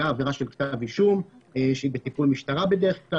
עבירה של כתב אישום שהיא בטיפול משטרה בדרך כלל,